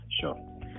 sure